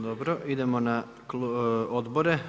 Dobro, idemo na Odbore.